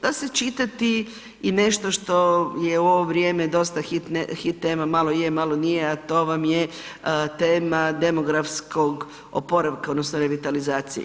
Da se čitati i nešto što je u ovo vrijeme dosta hit tema, malo je, malo nije a to vam je tema demografskog oporavka odnosno revitalizacije.